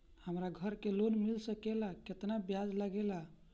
हमरा घर के लोन मिल सकेला केतना ब्याज लागेला?